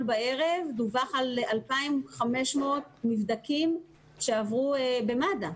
בערב דווח על 2,500 נבדקים שעברו במד"א,